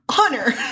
honor